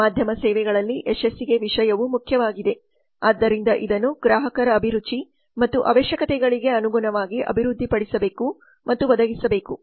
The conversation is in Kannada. ಮಾಧ್ಯಮ ಸೇವೆಗಳಲ್ಲಿ ಯಶಸ್ಸಿಗೆ ವಿಷಯವು ಮುಖ್ಯವಾಗಿದೆ ಆದ್ದರಿಂದ ಇದನ್ನು ಗ್ರಾಹಕರ ಅಭಿರುಚಿ ಮತ್ತು ಅವಶ್ಯಕತೆಗಳಿಗೆ ಅನುಗುಣವಾಗಿ ಅಭಿವೃದ್ಧಿಪಡಿಸಬೇಕು ಮತ್ತು ಒದಗಿಸಬೇಕು